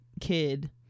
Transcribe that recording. kid